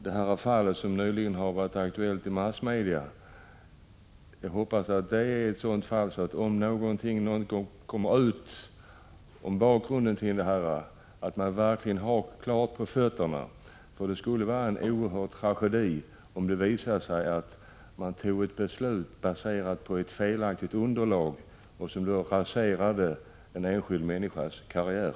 Det fall som nyligen har varit aktuellt i massmedia hoppas jag är sådant, om någonting kommer ut om bakgrunden, att man verkligen har torrt på fötterna. Det skulle vara en oerhörd tragedi, om det visade sig att man fattat ett beslut på felaktigt underlag som sedan raserat en enskild människas karriär.